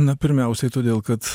na pirmiausiai todėl kad